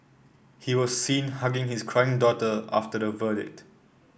he was seen hugging his crying daughter after the verdict